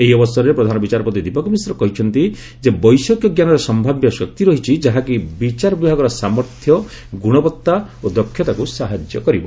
ଏହି ଅବସରରେ ପ୍ରଧାନ ବିଚାରପତି ଦୀପକ ମିଶ୍ର କହିଛନ୍ତି ଯେ ବୈଷୟିକଜ୍ଞାନର ସମ୍ଭାବ୍ୟ ଶକ୍ତି ରହିଛି ଯାହାକି ବିଚାର ବିଭାଗର ସାମର୍ଥ୍ୟ ଗୁଣବତ୍ତା ଓ ଦକ୍ଷତାକୁ ସାହାଯ୍ୟ କରିବ